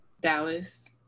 Dallas